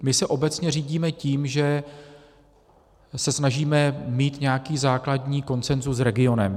My se obecně řídíme tím, že se snažíme mít nějaký základní konsenzus s regionem.